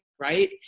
right